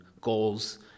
goals